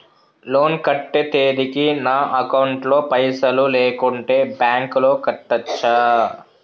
Loan కట్టే తేదీకి నా అకౌంట్ లో పైసలు లేకుంటే బ్యాంకులో కట్టచ్చా?